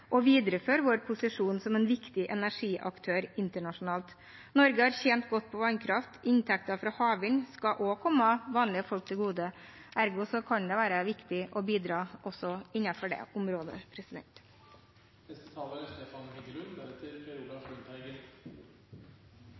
og videreføre vår posisjon som en viktig energiaktør internasjonalt. Norge har tjent godt på vannkraft. Inntekter fra havvind skal også komme vanlige folk til gode, ergo kan det være viktig å bidra også innenfor det området. Nå åpnes det områder for havvind. Havvind kan bli et fornybart industrieventyr hvor Norge har unike muligheter. Norsk kompetanse er